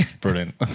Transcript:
Brilliant